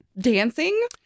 dancing